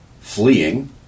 fleeing